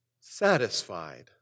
satisfied